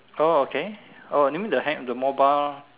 oh okay oh you mean the hand the mobile